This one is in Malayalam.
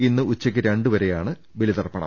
ഇന്ന് ഉച്ചക്ക് രണ്ടുമണി വരെയാണ് ബലിതർപ്പണം